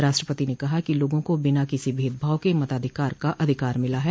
राष्ट्रपति ने कहा कि लोगों को बिना किसी भेदभाव के मताधिकार का अधिकार मिला है